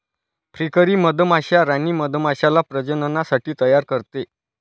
फ्रीकरी मधमाश्या राणी मधमाश्याला प्रजननासाठी तयार करते